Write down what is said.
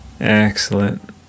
Excellent